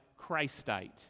Christite